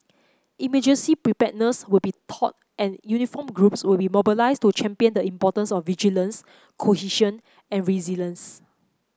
emergency preparedness will be taught and uniformed groups will be mobilised to champion the importance of vigilance cohesion and resilience